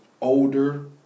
older